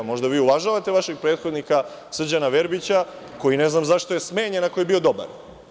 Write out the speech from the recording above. Možda vi uvažavate vašeg prethodnika Srđana Verbića, koji ne znam zašto je smenjen ako je bio dobar?